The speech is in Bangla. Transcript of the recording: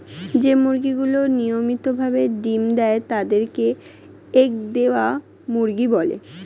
যেই মুরগিগুলি নিয়মিত ভাবে ডিম্ দেয় তাদের কে এগ দেওয়া মুরগি বলে